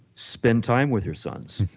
spend time with your sons.